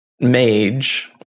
Mage